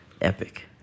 epic